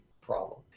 problem